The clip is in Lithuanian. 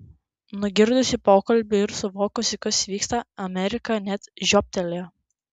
nugirdusi pokalbį ir suvokusi kas vyksta amerika net žiobtelėjo